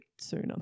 sooner